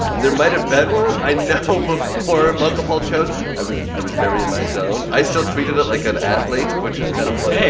there might've been one. i know before monkapult shows, i was i was very in my zone. i still treated it like an athlete, which is kind of funny.